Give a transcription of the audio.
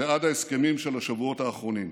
ועד ההסכמים של השבועות האחרונים.